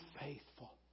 faithful